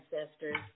ancestors